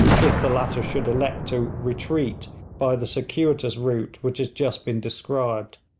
if the latter should elect to retreat by the circuitous route which has just been described.